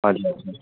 हजुर हजुर